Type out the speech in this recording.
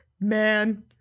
man